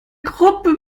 gruppe